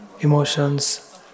emotions